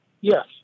Yes